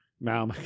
now